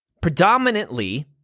predominantly